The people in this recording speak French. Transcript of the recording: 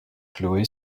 chloé